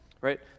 Right